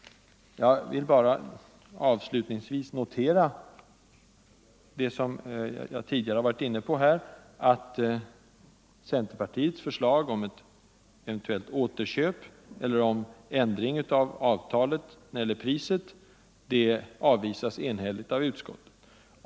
Jag vill bara avslutningsvis notera vad jag tidigare varit inne på, att centerpartiets förslag om eventuellt återköp, eller ändring av avtalet när det gäller priset, enhälligt avvisas av utskottet.